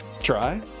try